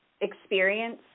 experience